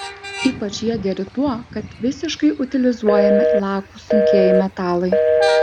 ypač jie geri tuo kad visiškai utilizuojami lakūs sunkieji metalai